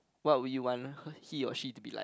what would you want he or she to be like